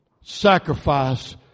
sacrifice